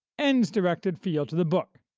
ends-directed feel to the book.